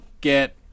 get